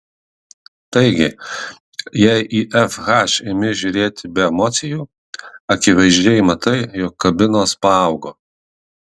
taigi jei į fh imi žiūrėti be emocijų akivaizdžiai matai jog kabinos paaugo